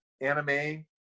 anime